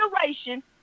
generation